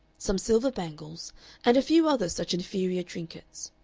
some silver bangles and a few other such inferior trinkets,